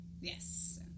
yes